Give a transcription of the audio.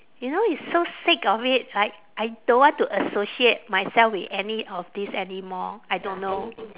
you know you so sick of it like I don't want to associate myself with any of this anymore I don't know